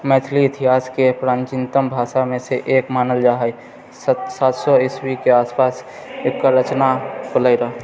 मैथिली इतिहासके प्राचीनतम भाषामेसँ एक मानल जा हइ सात सए इस्वीके आस पास एकर रचना होले रहए